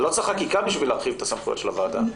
לא צריך חקיקה בשביל להרחיב את הסמכויות של הוועדה.